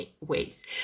ways